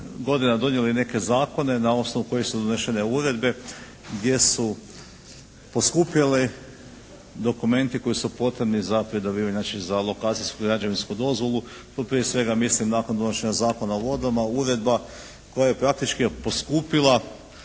godina donijeli neke zakone na osnovu kojih su donešene uredbe gdje su poskupjeli dokumenti koji su potrebni za …/Govornik se ne razumije./…, znači za lokacijsku i građevinsku dozvolu. Tu prije svega mislim nakon donošenja Zakona o vodama uredba koja je praktički poskupila